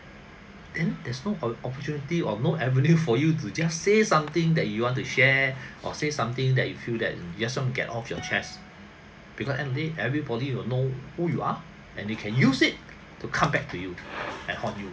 then there's no o~ opportunity or no avenue for you to just say something that you want to share or say something that you feel that you want some get off your chest because end of the day everybody will know who you are and they can use it to come back to you and hock you